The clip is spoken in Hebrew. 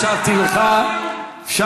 אפשרתי לך להביע,